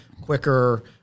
quicker